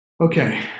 Okay